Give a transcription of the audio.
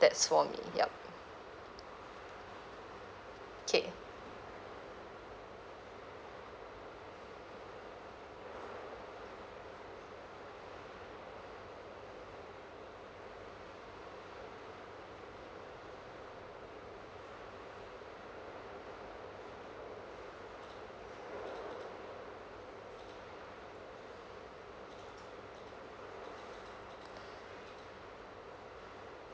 that's for me yup okay